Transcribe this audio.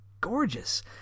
gorgeous